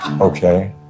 okay